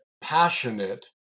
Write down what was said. passionate